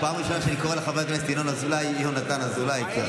פעם ראשונה שאני קורא לחבר הכנסת ינון אזולאי יהונתן אזולאי.